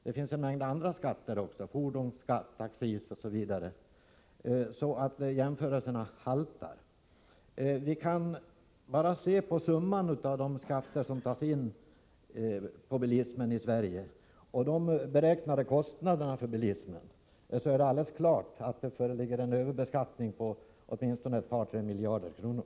Det finns en mängd andra skatter, t.ex. fordonsskatt, fordonsaccis osv. Jämförelsen med Norge haltar därför. Om vi ser på summan av de skatter som tas in på bilismen i Sverige och de beräknade kostnaderna för bilismen framgår det klart att det föreligger en överbeskattning på åtminstone ett par tre miljarder kronor.